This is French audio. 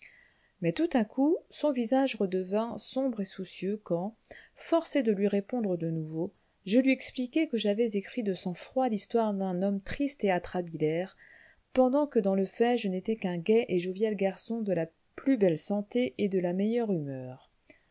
mais tout à coup son visage redevint sombre et soucieux quand forcé de lui répondre de nouveau je lui expliquai que j'avais écrit de sang-froid l'histoire d'un homme triste et atrabilaire pendant que dans le fait je n'étais qu'un gai et jovial garçon de la plus belle santé et de la meilleure humeur